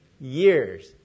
years